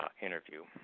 interview